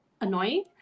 annoying